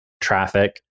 traffic